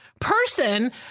person